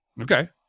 Okay